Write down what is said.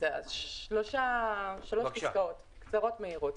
שלוש פסקאות קצרות ומהירות.